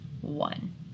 One